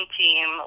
team